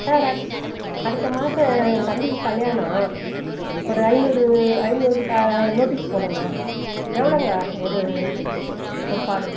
sir அடுத் அடுத்த மாதம் என் தம்பிக்கு கல்யாணம் ஒரு ஐந்நூறு ஐந்நூறு க நோட்டீஸ் போடணும் எவ்வளோங்க ஒரு ஒரு கார்டு